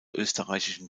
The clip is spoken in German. österreichischen